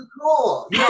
cool